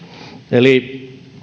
eli